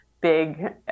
big